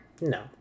No